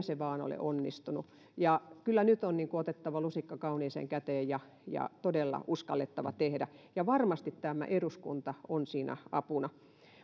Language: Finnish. se vain ole onnistunut kyllä nyt on otettava lusikka kauniiseen käteen ja ja todella uskallettava tehdä ja varmasti tämä eduskunta on siinä apuna